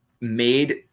made